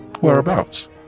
Whereabouts